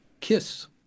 kiss